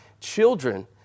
children